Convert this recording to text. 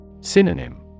Synonym